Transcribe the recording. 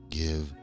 give